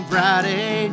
Friday